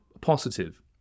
positive